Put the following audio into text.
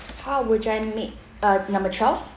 how would I make uh number twelve